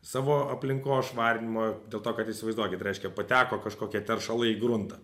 savo aplinkos švarinimo dėl to kad įsivaizduokit reiškia pateko kažkokie teršalai į gruntą